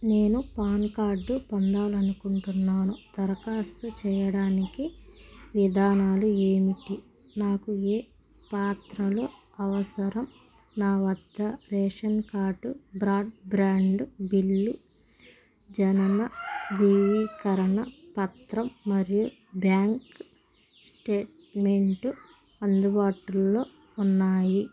నేను PAN card పొందాలనుకుంటున్నాను దరఖాస్తు చెయ్యడానికి విధానాలు ఏమిటి నాకు ఏ పత్రాలు అవసరం నా వద్ద రేషన్ కార్డు బ్రాడ్బ్యాండు బిల్లు జనన ధృవీకరణ పత్రం మరియు బ్యాంక్ స్టేట్మెంట్ అందుబాటులో ఉన్నాయి